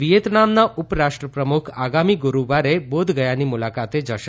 વિચેતનામના ઉપરાષ્ટ્રપ્રમુખ આગામી ગુરૂવારે બોધગયાની મુલાકાતે જશે